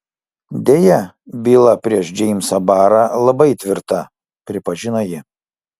deja byla prieš džeimsą barą labai tvirta pripažino ji